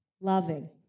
loving